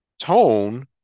tone